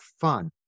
fun